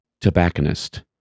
Tobacconist